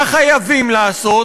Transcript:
מה חייבים לעשות?